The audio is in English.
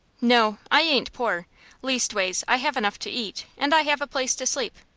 no. i ain't poor leastways, i have enough to eat, and i have a place to sleep.